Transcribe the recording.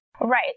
Right